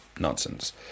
nonsense